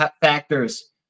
factors